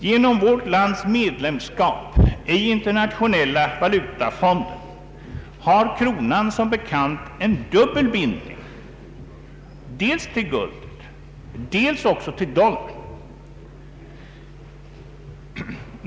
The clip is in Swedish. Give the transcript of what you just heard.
Genom vårt medlemskap i internationella valutafonden har kronan som bekant en dubbel bindning, dels till guldet, dels till dollarn.